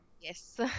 Yes